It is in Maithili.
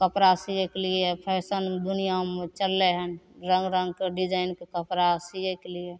कपड़ा सिएके लिए फैशनके दुनिआमे चललै हँ रङ्ग रङ्गके डिजाइनके कपड़ा सिएके लिए